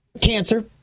cancer